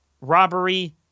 robbery